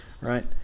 right